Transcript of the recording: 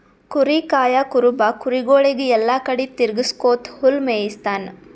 ಕುರಿ ಕಾಯಾ ಕುರುಬ ಕುರಿಗೊಳಿಗ್ ಎಲ್ಲಾ ಕಡಿ ತಿರಗ್ಸ್ಕೊತ್ ಹುಲ್ಲ್ ಮೇಯಿಸ್ತಾನ್